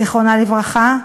זיכרונה לברכה,